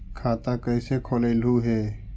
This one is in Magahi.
खाता कैसे खोलैलहू हे?